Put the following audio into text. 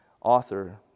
author